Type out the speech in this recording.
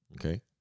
okay